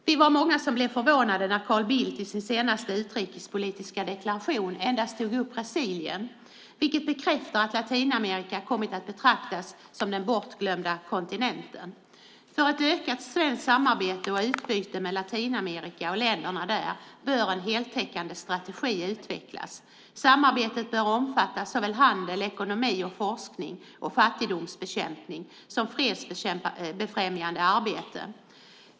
Vi var många som blev förvånade när Carl Bildt i sin senaste utrikespolitiska deklaration endast tog upp Brasilien, vilket bekräftar att Latinamerika kommit att betraktas som den bortglömda kontinenten. För ett ökat svenskt samarbete och utbyte med Latinamerika och länderna där bör en heltäckande strategi utvecklas. Samarbetet bör omfatta såväl handel, ekonomi, forskning och fattigdomsbekämpning som fredsfrämjande arbete.